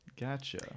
Gotcha